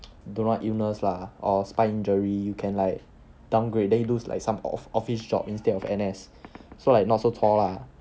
don't know what illness lah or spine injury you can like downgrade then you do like some of office job instead of N_S so like not so 冲 ah